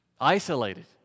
isolated